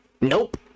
Nope